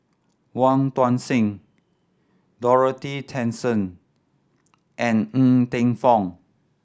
Wong Tuang Seng Dorothy Tessensohn and Ng Teng Fong